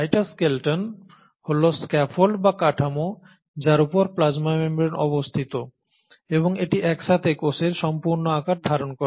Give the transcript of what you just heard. cytoskeleton হল scaffold বা কাঠামো যার উপর প্লাজমা মেমব্রেন অবস্থিত এবং এটি একসাথে কোষের সম্পূর্ণ আকার ধারণ করে